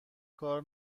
کار